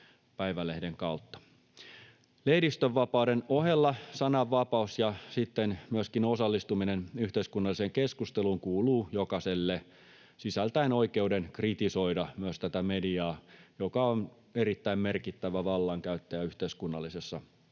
päivälehden kautta. Lehdistönvapauden ohella sananvapaus ja sitten myöskin osallistuminen yhteiskunnalliseen keskusteluun kuuluvat jokaiselle sisältäen oikeuden kritisoida myös tätä mediaa, joka on erittäin merkittävä vallankäyttäjä yhteiskunnallisessa keskustelussa.